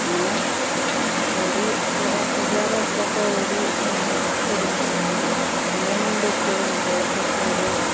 ഇങ്ങനെ ഓടി കൂട്ടുകാരുടെ ഒപ്പമൊക്കെ ഓടി അങ്ങനെ വരുമ്പോൾ നമ്മളെ മുന്നിലെ എത്തിയ കൂട്ടുകാർക്കൊക്കെ ഒരു